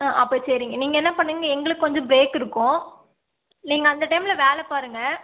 ஆ அப்போ சரிங்க நீங்கள் என்ன பண்ணுங்கள் எங்களுக்குக் கொஞ்சம் பிரேக் இருக்கும் நீங்கள் அந்த டைமில் வேலைப் பாருங்கள்